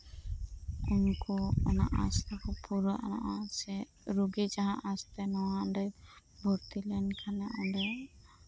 ᱩᱠᱩ ᱚᱱᱟ ᱟᱥ ᱯᱩᱨᱟᱹᱜ ᱟ ᱥᱮ ᱨᱩᱜᱤ ᱡᱟᱦᱟᱸ ᱟᱥᱛᱮ ᱱᱚᱰᱮ ᱵᱷᱚᱨᱛᱤ ᱞᱮᱱᱠᱷᱟᱱᱮ ᱚᱸᱰᱮ